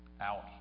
out